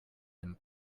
him